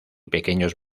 pequeños